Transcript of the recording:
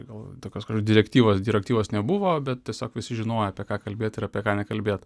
gal tokios direktyvos direktyvos nebuvo bet tiesiog visi žinojo apie ką kalbėt ir apie ką nekalbėt